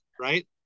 right